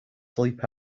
sleep